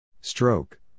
Stroke